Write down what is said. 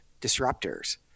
disruptors